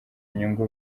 inyungu